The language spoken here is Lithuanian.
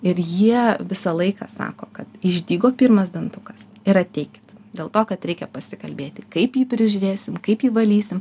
ir jie visą laiką sako kad išdygo pirmas dantukas ir ateikit dėl to kad reikia pasikalbėti kaip jį prižiūrėsim kaip jį valysim